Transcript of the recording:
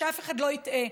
שאף אחד לא יטעה.